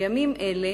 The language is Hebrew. בימים אלה